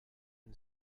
and